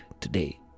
today